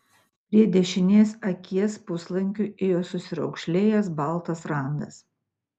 prie dešinės akies puslankiu ėjo susiraukšlėjęs baltas randas